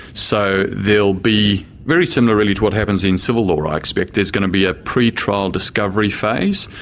so there'll be very similar really to what happens in civil law i expect there's going to be a pre-trial discovery phase.